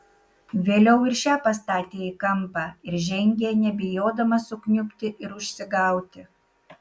vėliau ir šią pastatė į kampą ir žengė nebijodama sukniubti ir užsigauti